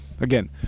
Again